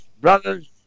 brothers